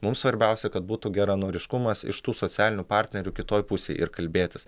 mums svarbiausia kad būtų geranoriškumas iš tų socialinių partnerių kitoj pusėj ir kalbėtis